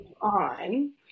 on